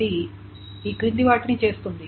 అది ఈ క్రింది వాటిని చేస్తుంది